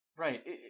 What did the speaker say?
Right